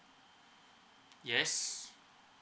yes